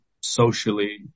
socially